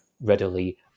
readily